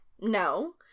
no